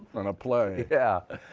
and a play. yeah